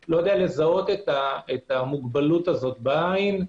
את המוגבלות הזאת בעין,